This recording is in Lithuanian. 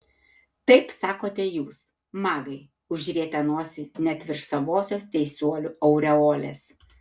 taip sakote jūs magai užrietę nosį net virš savosios teisuolių aureolės